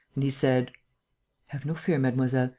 and he said have no fear, mademoiselle.